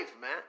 man